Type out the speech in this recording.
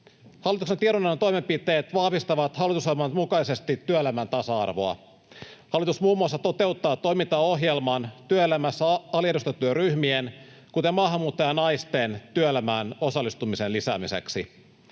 Hallituksen tiedonannon toimenpiteet vahvistavat hallitusohjelman mukaisesti työelämän tasa-arvoa. Hallitus muun muassa toteuttaa toimintaohjelman työelämässä aliedustettujen ryhmien, kuten maahanmuuttajanaisten, työelämään osallistumisen lisäämiseksi.